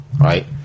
right